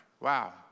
Wow